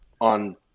on